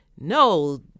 no